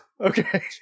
Okay